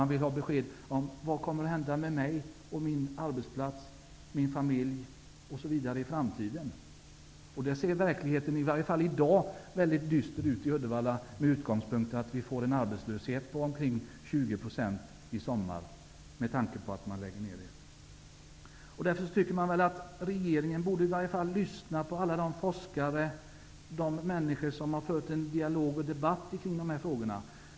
De vill få besked om vad som skall hända dem och deras arbetsplats, deras familjer osv. i framtiden. Verkligheten ser i dag dyster ut i Uddevalla med tanke på att arbetslösheten kommer att nå upp till 20 % i sommar. Regeringen borde i varje fall lyssna på alla de forskare och människor som har fört en dialog, en debatt, om dessa frågor.